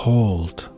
Hold